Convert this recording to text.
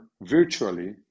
virtually